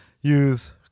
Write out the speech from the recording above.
use